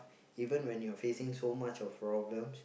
even when you're facing so much of problems